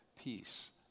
peace